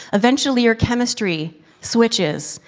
eventually your chemistry switches.